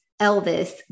Elvis